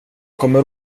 kommer